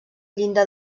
llinda